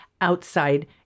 outside